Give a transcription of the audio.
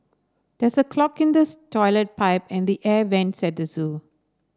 there's a clog in the toilet pipe and the air vents at the zoo